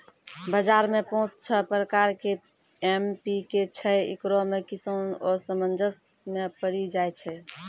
बाजार मे पाँच छह प्रकार के एम.पी.के छैय, इकरो मे किसान असमंजस मे पड़ी जाय छैय?